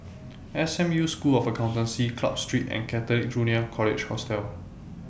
S M U School of Accountancy Club Street and Catholic Junior College Hostel